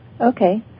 Okay